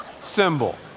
symbol